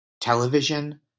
television